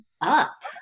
up